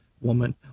woman